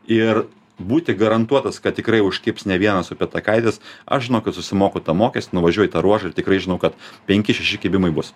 ir būti garantuotas kad tikrai užkibs ne vienas upėtakaitis aš žinokit susimoku tą mokestį nuvažiuoju į tą ruožą ir tikrai žinau kad penki šeši kibimai bus